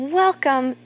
welcome